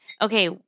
Okay